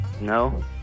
No